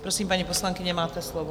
Prosím, paní poslankyně, máte slovo.